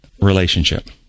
relationship